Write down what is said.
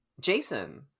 Jason